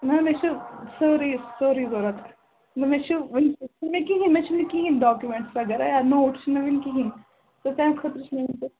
نہَ مےٚ چھُ سورُے سورُے ضروٗرت مےٚ چھُ وُنہِ چھُنہٕ مےٚ کِہیٖنٛۍ مےٚ چھُنہٕ کِہیٖنٛۍ ڈاکیٛوٗمٮ۪نٛٹٕس وغیرہ یا نوٹٕس چھِنہٕ مےٚ وُنہِ کِہیٖنٛۍ تہٕ تَمہِ خٲطرٕ چھِ مےٚ ییٚتہِ